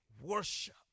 worship